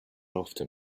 after